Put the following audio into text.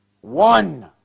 One